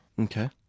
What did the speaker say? Okay